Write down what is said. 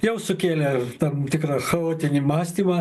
jau sukėlė tam tikrą chaotinį mąstymą